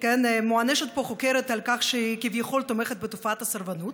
מוענשת פה חוקרת על כך שהיא כביכול תומכת בתופעת הסרבנות.